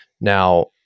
Now